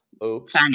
Oops